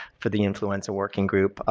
for the influenza working group,